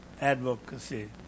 Advocacy